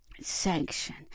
Sanction